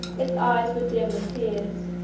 its eyes were dim with tears,